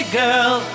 girl